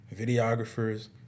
videographers